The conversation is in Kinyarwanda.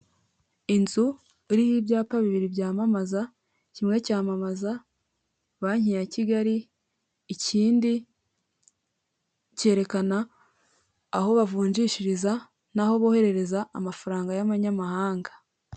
Inzu iriho ibyapa bibiri byamamaza, kimwe cyamamaza banki ya Kigali, ikindi cyerekana aho bavunjishiriza n'aho boherereza amafaranga y'amanyamahanga.